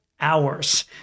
hours